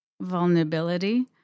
vulnerability